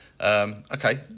Okay